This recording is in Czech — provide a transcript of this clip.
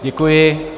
Děkuji.